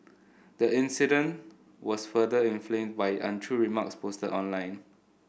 the incident was further inflamed by untrue remarks posted online